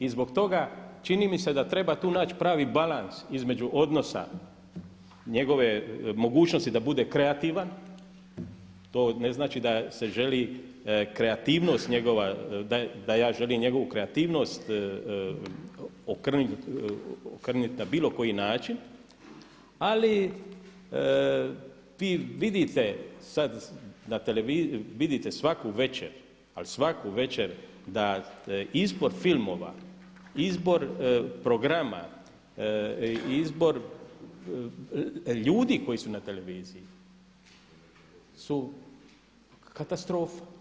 I zbog toga čini mi se da tu treba naći pravi balans između odnosa njegove mogućnosti da bude kreativan, to ne znači da se želi kreativnost njegova, da ja želim njegovu kreativnost okrnjiti na bilo koji način ali vi vidite sad na televiziji, vidite svaku večer, da izbor filmova, izbor programa, izbor ljudi koji su na televiziji su katastrofa.